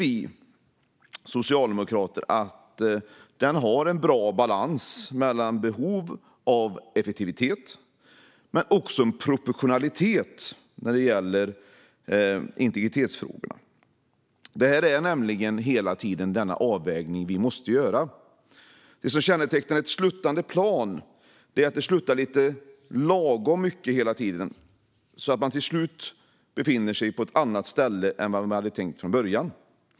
Vi socialdemokrater upplever att regeringens proposition har en bra balans mellan behov av effektivitet men också proportionalitet när det gäller integritetsfrågorna. Det är den avvägning vi hela tiden måste göra. Det som kännetecknar ett sluttande plan är att det hela tiden sluttar lite lagom mycket så att man till slut befinner sig på ett annat ställe än man hade tänkt från början.